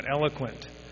eloquent